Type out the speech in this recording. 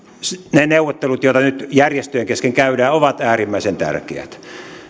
ne neuvottelut joita nyt järjestöjen kesken käydään ovat äärimmäisen tärkeät